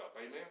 Amen